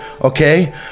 okay